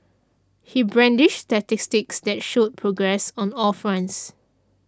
he brandished statistics that showed progress on all fronts